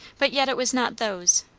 but yet it was not those,